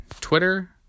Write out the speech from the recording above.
Twitter